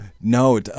No